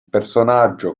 personaggio